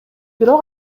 бирок